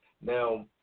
Now